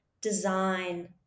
design